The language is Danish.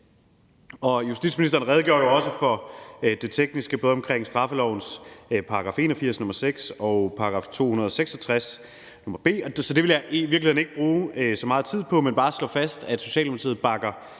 Justitsministeren redegjorde også for det tekniske, både omkring straffelovens § 81, nr. 6, og § 266 b, så det vil jeg i virkeligheden ikke bruge så meget tid på, men bare slå fast, at Socialdemokratiet bakker